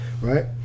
right